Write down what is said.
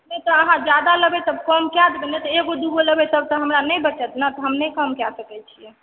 से तऽ अहाँ जादा लेबै तऽ कम कए देबै नहि तऽ एगो दूगो लेबै तऽ हमरा नहि बचत हम नहि कम कए सकै छियै